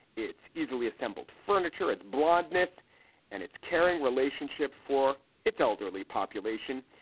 it's easily assembled furniture, its blondeness and its caring relationship for its elderly population.